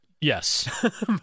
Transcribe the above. Yes